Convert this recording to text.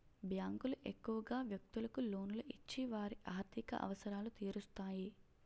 బ్యాంకులు ఎక్కువగా వ్యక్తులకు లోన్లు ఇచ్చి వారి ఆర్థిక అవసరాలు తీరుస్తాయి